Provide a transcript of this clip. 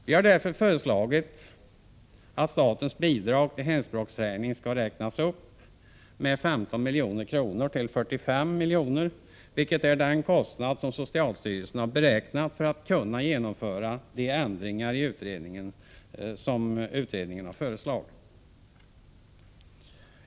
Vi har därför föreslagit att statens bidrag till hemspråksträning skall räknas upp med 15 milj.kr. till 45 milj.kr., vilket är den kostnad som socialstyrelsen har beräknat för att kunna genomföra de ändringar utredningen föreslagit.